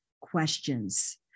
questions